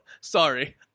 Sorry